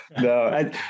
No